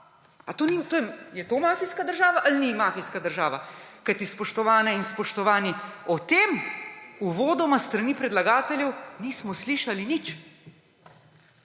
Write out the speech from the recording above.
je to mafijska država ali ni mafijska država? Kajti, spoštovane in spoštovani, o tem uvodoma s strani predlagateljev nismo slišali nič.